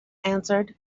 answered